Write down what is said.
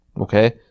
Okay